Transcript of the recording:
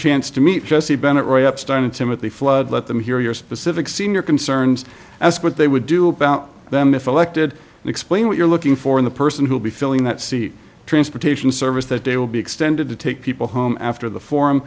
chance to meet jesse bennett write up started timothy flood let them hear your specific senior concerns and ask what they would do about them if elected and explain what you're looking for in the person who will be filling that seat transportation service that day will be extended to take people home after the for